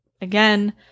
again